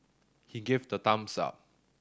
he gave the thumbs up